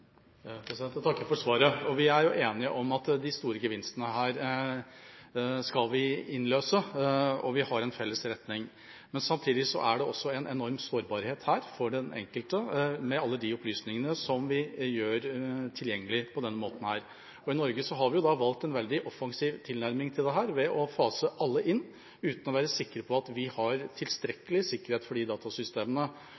Jeg takker for svaret. Vi er jo enige om at de store gevinstene her skal vi løse inn, og vi har en felles retning. Men samtidig er det en enorm sårbarhet her for den enkelte, med alle de opplysningene som vi gjør tilgjengelig på denne måten. I Norge har vi valgt en veldig offensiv tilnærming til dette ved å fase alle inn, uten å være sikre på at vi har